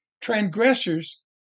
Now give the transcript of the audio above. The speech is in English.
transgressors